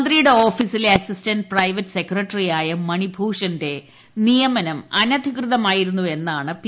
മന്ത്രിയുടെ ഓഫീസിലെ assistant private സെക്രട്ടറിയായ മണിഭൂഷണന്റെ നിയമനം അനധികൃതമായിരുന്നു എന്നാണ് പി